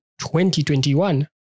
2021